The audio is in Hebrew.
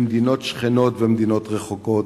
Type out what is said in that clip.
במדינות שכנות ומדינות רחוקות,